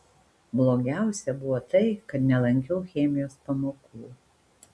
blogiausia buvo tai kad nelankiau chemijos pamokų